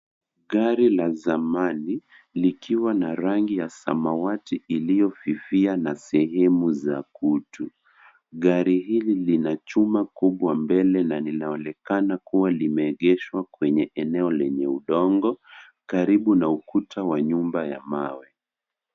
Gari la zamani likiwa na rangi ya samawati iliyofifia na sehemu za kutu. Gari hili lina chuma kubwa mbele na linaonekana kuwa limeegesha kwenye eneo lenye undongo karibu na ukuta wa nyumba ya mawe.